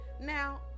Now